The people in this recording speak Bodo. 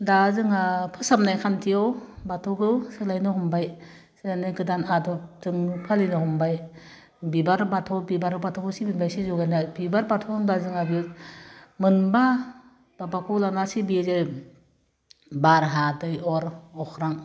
दा जोंहा फोसाबनाय खान्थियाव बाथौखौ सोलायनो हमबाय जायना गोदान आदबजों फालिनो हमबाय बिबार बाथौ बिबार बाथौखौ सिबिबाय सिजौ गायनानै बिबार बाथौ होमबा जोंहा बि मोनबा माबाखौ लाना सिबियो जों बार हा दै अर अख्रां